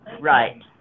Right